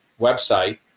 website